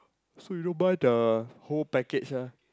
so you don't buy the whole package lah